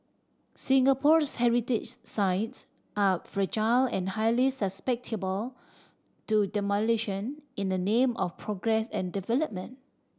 Singapore's heritage sites are fragile and highly susceptible to demolition in the name of progress and development